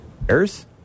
Bears